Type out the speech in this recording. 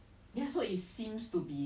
more or less harmless like I feel